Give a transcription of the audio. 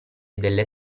delle